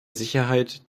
sicherheit